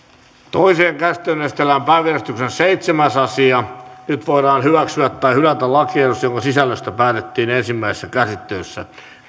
toiseen käsittelyyn esitellään päiväjärjestyksen seitsemäs asia nyt voidaan hyväksyä tai hylätä lakiehdotus jonka sisällöstä päätettiin ensimmäisessä käsittelyssä